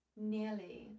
Nearly